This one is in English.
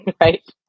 Right